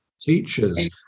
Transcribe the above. teachers